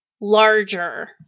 larger